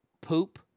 poop